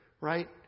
right